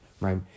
right